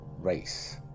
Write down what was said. race